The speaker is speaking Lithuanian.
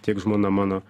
tiek žmona mano